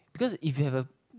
because if you have a